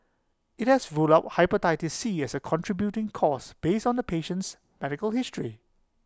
IT has rule out Hepatitis C as A contributing cause based on the patient's medical history